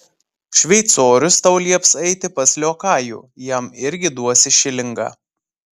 šveicorius tau lieps eiti pas liokajų jam irgi duosi šilingą